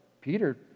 Peter